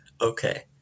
Okay